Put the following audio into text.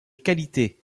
qualité